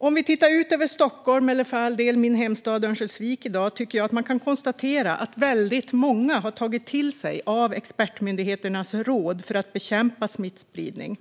När vi i dag tittar ut över Stockholm, eller för all del min hemstad Örnsköldsvik, tycker jag att vi kan konstatera att väldigt många har tagit till sig av expertmyndigheternas råd för att bekämpa smittspridningen.